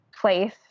place